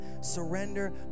surrender